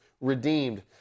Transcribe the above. redeemed